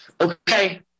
Okay